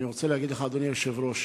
אני רוצה להגיד לך, אדוני היושב-ראש,